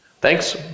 Thanks